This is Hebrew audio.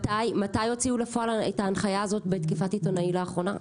מתי הוציאו לפועל את ההנחיה הזאת בתקיפת עיתונאי לאחרונה,